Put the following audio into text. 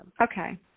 Okay